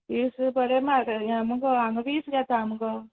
तीस रुपय बरें म्हारग हें मुगो हांगा वीस घेता मुगो